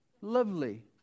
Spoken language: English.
Lovely